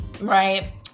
right